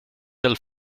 del